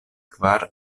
kvar